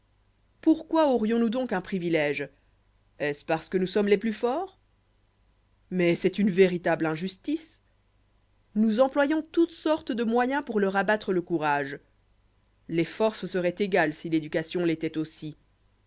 pourquoi aurions-nous donc un privilège est-ce parce que nous sommes les plus forts mais c'est une véritable injustice nous employons toutes sortes de moyens pour leur abattre le courage les forces seroient égales si l'éducation l'étoit aussi